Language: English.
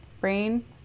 Brain